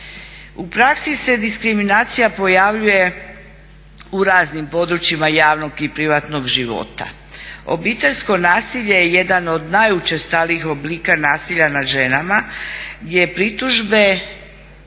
U praksi se diskriminacija pojavljuje u raznim područjima javnog i privatnog života. Obiteljsko nasilje je jedan od najučestalijih oblika nasilja nad ženama gdje pritužbe